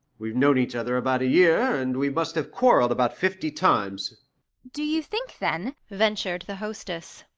we've known each other about a year, and we must have quarrelled about fifty times do you think, then ventured the hostess,